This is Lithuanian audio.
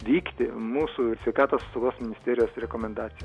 vykti mūsų sveikatos apsaugos ministerijos rekomendacija